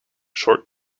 short